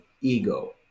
ego